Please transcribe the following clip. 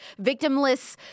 victimless